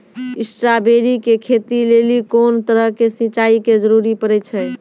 Strawberry के खेती लेली कोंन तरह के सिंचाई के जरूरी पड़े छै?